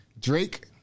Drake